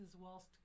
whilst